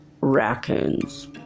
raccoons